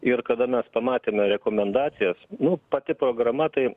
ir kada mes pamatėme rekomendacijas nu pati programa tai